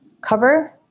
cover